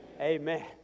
Amen